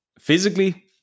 physically